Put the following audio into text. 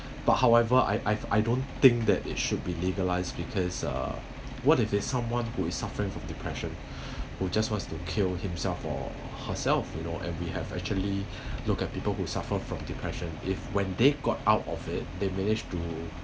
but however I I've I don't think that it should be legalised because uh what if it's someone who is suffering from depression who just wants to kill himself or herself you know and we have actually look at people who suffer from depression if when they got out of it they manage to